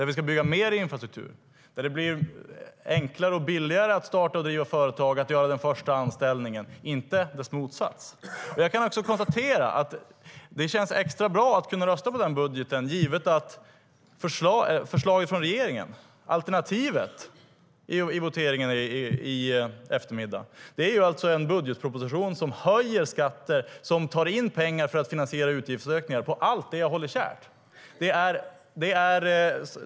Vi ska bygga mer infrastruktur, och det ska bli enklare att starta och driva företag samt göra den första anställningen - inte motsatsen. Jag kan också konstatera att det känns extra bra att kunna rösta på den budgeten givet att alternativet i voteringen i eftermiddag, det vill säga förslaget från regeringen, är en budgetproposition som höjer skatter och tar in pengar på allt det jag håller kärt för att finansiera utgiftsökningar.